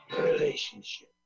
relationship